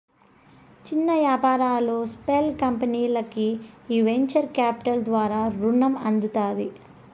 చిన్న యాపారాలు, స్పాల్ కంపెనీల్కి ఈ వెంచర్ కాపిటల్ ద్వారా రునం అందుతాది